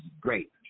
great